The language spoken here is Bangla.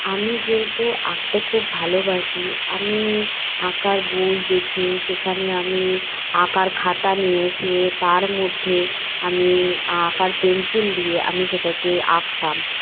আমি যেহেতু আঁকতে খুব ভালোবাসি আমি আঁকার বই দেখেই সেখানে আমি আঁকার খাতা নিয়ে এসে তার মধ্যে আমি আঁকার পেনসিল দিয়ে আমি সেটাকে আঁকতাম